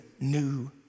new